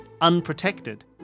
unprotected